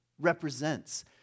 Represents